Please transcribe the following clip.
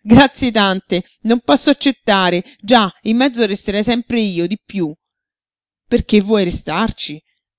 grazie tante non posso accettare già in mezzo resterei sempre io di piú perché vuoi restarci